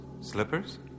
Slippers